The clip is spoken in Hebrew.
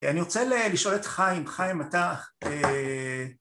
אני רוצה לשאול את חיים. חיים, אתה...